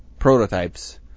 prototypes